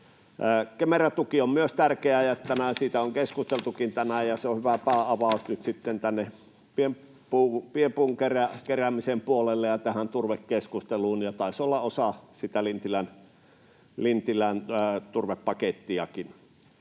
Kemera-tuki on myös tärkeä, ja tänään siitä on keskusteltukin, ja se on hyvä päänavaus nyt pienpuun keräämisen puolelle ja turvekeskusteluun ja taisi olla osa sitä Lintilän turvepakettiakin.